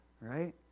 right